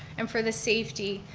and for the safety,